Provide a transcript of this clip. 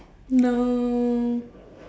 no